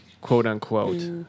quote-unquote